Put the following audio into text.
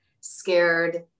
scared